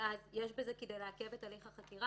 ואז יש בזה כדי לעכב את הליך החקירה.